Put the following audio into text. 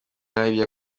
hariya